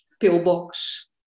pillbox